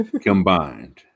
Combined